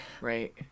Right